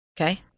Okay